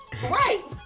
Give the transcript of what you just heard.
Right